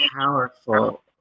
powerful